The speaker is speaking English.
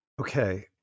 Okay